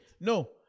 No